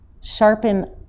Sharpen